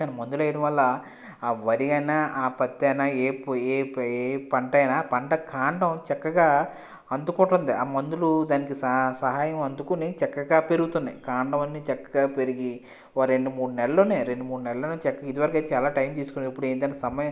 చక్కని మందులు వేయడం వల్ల ఆ వరి అయినా పత్తి అయినా ఏ పంట అయినా పంట కాండం చక్కగా అందుకుంటుంది ఆ మందులు దానికి సహాయం అందుకుని చక్కగా పెరుగుతున్నాయి కాండం అన్నీ చక్కగా పెరిగి ఓ రెండు మూడు నెలలలోనే ఇదివరకు అయితే చాలా టైం తీసుకునేది ఇప్పుడు ఎంటంటే సమయం